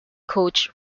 coach